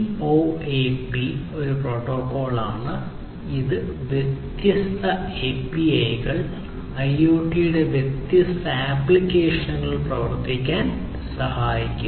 CoAP ഒരു പ്രോട്ടോക്കോളാണ് ഇത് വ്യത്യസ്ത API കൾ IoT ൽ വ്യത്യസ്ത ആപ്ലിക്കേഷനുകൾ പ്രവർത്തിപ്പിക്കാൻ സഹായിക്കുന്നു